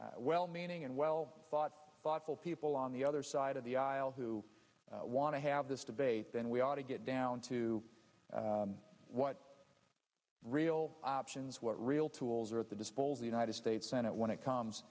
are well meaning and well thought thoughtful people on the other side of the aisle who want to have this debate then we ought to get down to what real options what real tools are at the disco all the united states senate when it comes